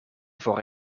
voor